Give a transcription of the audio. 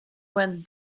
went